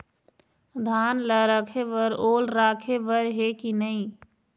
धान ला रखे बर ओल राखे बर हे कि नई?